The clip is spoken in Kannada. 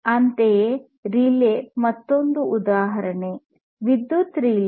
ಅಂತೆಯೇ ರಿಲೇ ಮತ್ತೊಂದು ಉದಾಹರಣೆ ವಿದ್ಯುತ್ ರಿಲೇ